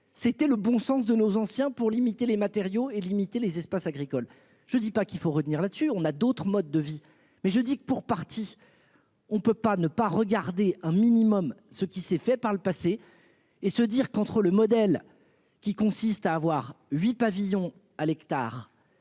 C'était le bon sens de nos anciens pour limiter les matériaux et limiter les espaces agricoles. Je dis pas qu'il faut retenir, là-dessus on a d'autres modes de vie mais je dis que pour partie. On ne peut pas ne pas regarder un minimum ce qui s'est fait par le passé et se dire qu'entre le modèle qui consiste à avoir 8 pavillons à l'hectare.